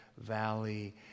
valley